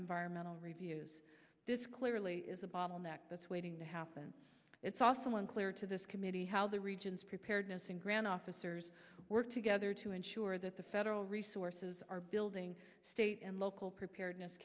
environmental reviews this clearly is a bottleneck that's waiting to happen it's also unclear to this committee how the region's preparedness and grand officers work together to ensure that the federal resources are building state and local preparedness